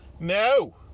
No